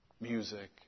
music